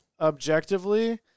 objectively